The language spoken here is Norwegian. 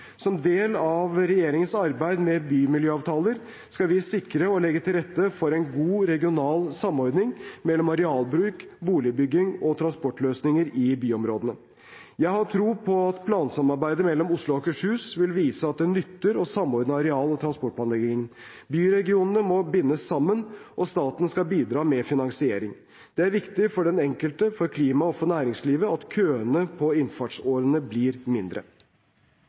Som del av regjeringens arbeid med bymiljøavtaler skal vi sikre og legge til rette for en god regional samordning mellom arealbruk, boligbygging og transportløsninger i byområdene. Jeg har tro på at plansamarbeidet mellom Oslo og Akershus vil vise at det nytter å samordne areal- og transportplanleggingen. Byregionene må bindes sammen, og staten skal bidra med finansiering. Det er viktig for den enkelte, for klimaet og for næringslivet at køene på innfartsårene blir mindre.